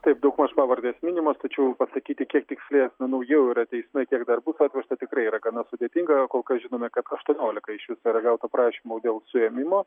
taip daugmaž pavardės minimos tačiau pasakyti kiek tiksliai asmenų jau yra teisme kiek dar bus atvesta tikrai yra gana sudėtinga kol kas žinome kad aštuoniolika iš viso yra gauta prašymų dėl suėmimo